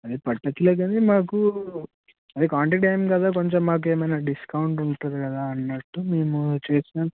అది పర్టిక్యులర్ గానే మాకు అదే కాంటాక్ట్ అయ్యాం కదా కొంచెం మాకు ఏమైనా డిస్కౌంట్ ఉంటుంది కదా అన్నట్టు మేము చేసాం